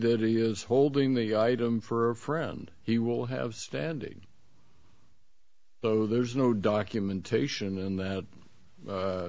that he is holding the item for a friend he will have standing o there's no documentation and that